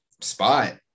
spot